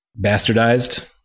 bastardized